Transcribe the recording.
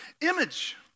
image